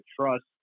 trust